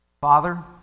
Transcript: Father